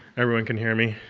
everyone can hear me?